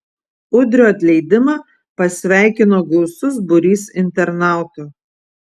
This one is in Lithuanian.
udrio atleidimą pasveikino gausus būrys internautų